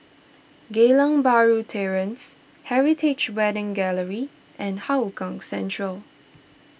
Geylang Bahru Terrace Heritage Wedding Gallery and Hougang Central